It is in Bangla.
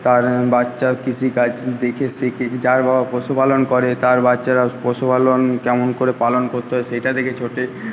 তার বাচ্চা কৃষিকাজ দেখে শেখে যার বাবা পশুপালন করে তার বাচ্চারা পশুপালন কেমন করে পালন করতে হয় সেইটা দেখে ছোটে